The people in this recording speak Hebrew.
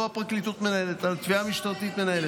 לא הפרקליטות מנהלת, התביעה המשטרתית מנהלת.